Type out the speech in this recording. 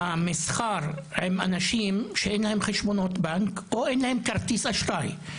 המסחר עם אנשים שאין להם חשבונות בנק או אין להם כרטיס אשראי.